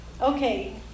Okay